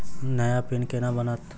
नया पिन केना बनत?